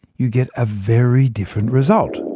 you get a very different result.